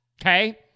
okay